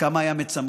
וכמה היה מצמרר